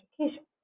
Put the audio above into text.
education